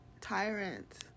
tyrant